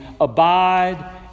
Abide